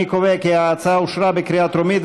אני קובע כי הצעת החוק אושרה בקריאה טרומית,